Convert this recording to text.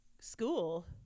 school